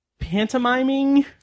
pantomiming